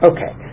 Okay